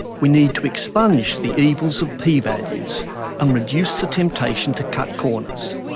we need to expunge the evils of p-values and reduce the temptation to cut corners,